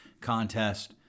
contest